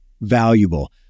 valuable